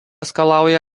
skalauja